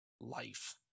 life